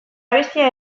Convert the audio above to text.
abestia